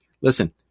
listen